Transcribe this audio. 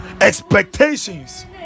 expectations